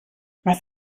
was